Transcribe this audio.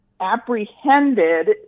apprehended